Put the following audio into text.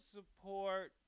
support